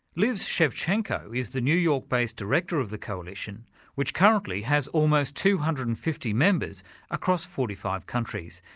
liz sevchenko is the new york-based director of the coalition which currently has almost two hundred and fifty members across forty five countries.